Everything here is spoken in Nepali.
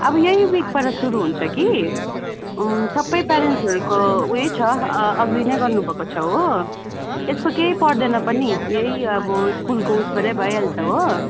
अब यही विकबाट सुरु हुन्छ कि सबै प्यारेन्ट्सहरूको ऊ यही छ अग्री नै गर्नु भएको छ हो त्यस्तो कै पर्दैन पनि यही अब स्कुलको उयोबाटै भइहाल्छ हो